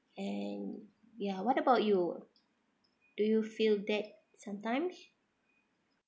and ya what about you do you feel that sometimes